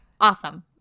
awesome